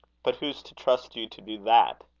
but who's to trust you to do that?